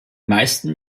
meisten